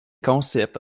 concepts